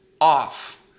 off